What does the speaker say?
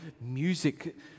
music